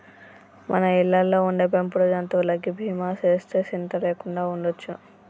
మన ఇళ్ళలో ఉండే పెంపుడు జంతువులకి బీమా సేస్తే సింత లేకుండా ఉండొచ్చు